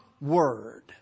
word